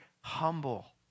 humble